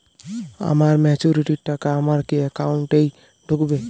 আমার ম্যাচুরিটির টাকা আমার কি অ্যাকাউন্ট এই ঢুকবে?